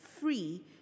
free